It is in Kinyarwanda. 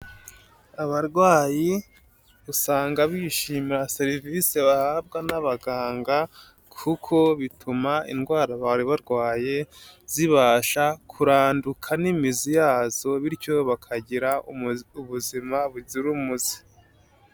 Abarwayi usanga bishimira serivisi bahabwa n'abaganga, kuko bituma indwara bari barwaye zibasha kuranduka n'imizi yazo, bityo bakagira ubuzima buzira umuze.